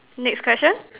next question